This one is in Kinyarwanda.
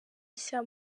nshya